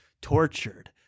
tortured